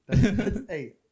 Hey